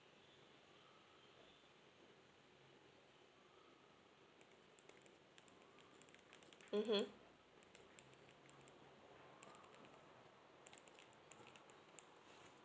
mmhmm